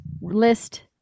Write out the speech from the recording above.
list